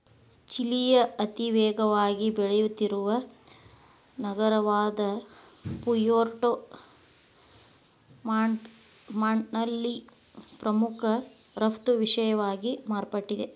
ಚಿಲಿಯ ಅತಿವೇಗವಾಗಿ ಬೆಳೆಯುತ್ತಿರುವ ನಗರವಾದಪುಯೆರ್ಟೊ ಮಾಂಟ್ನಲ್ಲಿ ಪ್ರಮುಖ ರಫ್ತು ವಿಷಯವಾಗಿ ಮಾರ್ಪಟ್ಟಿದೆ